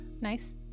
Nice